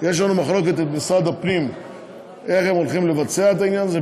יש לנו מחלוקת עם משרד הפנים איך הם עומדים לבצע את העניין הזה.